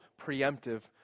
preemptive